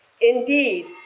Indeed